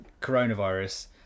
coronavirus